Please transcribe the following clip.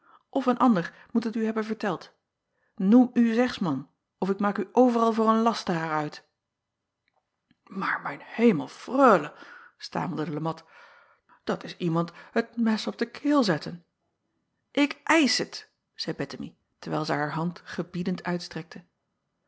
f een ander moet het u hebben verteld oem uw zegsman of ik maak u overal voor een lasteraar uit aar mijn hemel reule stamelde e at dat is iemand het mes op de keel zetten k eisch het zeî ettemie terwijl zij haar hand gebiedend uitstrekte